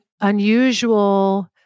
unusual